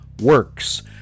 works